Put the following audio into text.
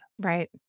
Right